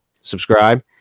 Subscribe